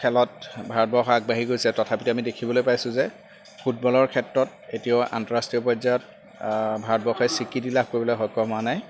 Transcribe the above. খেলত ভাৰতবৰ্ষ আগবাঢ়ি গৈছে তথাপিতো আমি দেখিবলৈ পাইছোঁ যে ফুটবলৰ ক্ষেত্ৰত এতিয়াও আন্তঃৰাষ্ট্ৰীয় পৰ্যায়ত ভাৰতবৰ্ষই স্বীকৃতি লাভ কৰিবলৈ সক্ষম হোৱা নাই